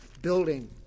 building